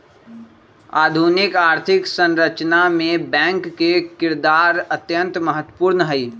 आधुनिक आर्थिक संरचना मे बैंक के किरदार अत्यंत महत्वपूर्ण हई